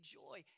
joy